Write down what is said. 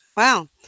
Wow